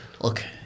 Look